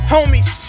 Homies